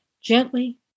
gently